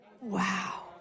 Wow